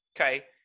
okay